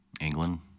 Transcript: England